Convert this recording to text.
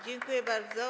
Dziękuję bardzo.